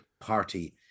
party